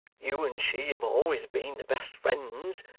you and she have always been the best friends,